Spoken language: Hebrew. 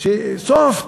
שהם soft,